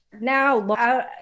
now